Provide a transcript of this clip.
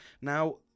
Now